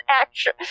action